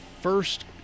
first